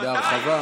אבל מתי?